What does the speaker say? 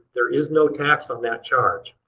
there is no tax on that charge.